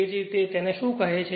તેથી તેજ રીતે તેને શું કહે છે